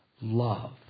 love